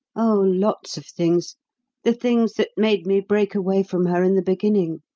oh, lots of things the things that made me break away from her in the beginning.